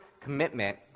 commitment